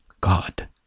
God